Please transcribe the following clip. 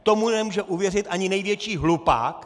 Tomu nemůže uvěřit ani největší hlupák!